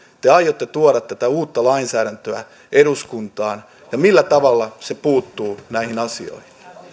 te aiotte tuoda tätä uutta lainsäädäntöä eduskuntaan ja millä tavalla se puuttuu näihin asioihin